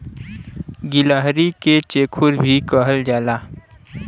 गिलहरी के चेखुर भी कहल जाला